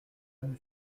nous